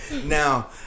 Now